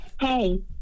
hey